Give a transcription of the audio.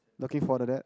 looking forward to that